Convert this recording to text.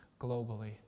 globally